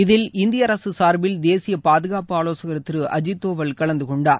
இதில் இந்திய அரசு சார்பில் தேசிய பாதுகாப்பு ஆவோசகர் திரு அஜீத் தோவல் கலந்து கொண்டார்